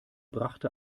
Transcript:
brachte